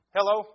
Hello